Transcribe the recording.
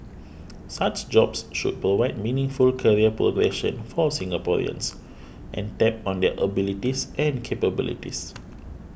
such jobs should provide meaningful career progression for Singaporeans and tap on their abilities and capabilities